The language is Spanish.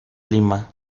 lima